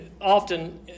often